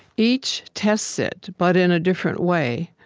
each tests it, but in a different way.